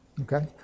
okay